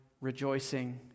rejoicing